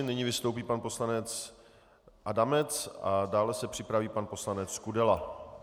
Nyní vystoupí pan poslanec Adamec a dále se připraví pan poslanec Kudela.